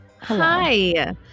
Hi